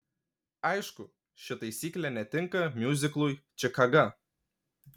aišku ši taisyklė netinka miuziklui čikaga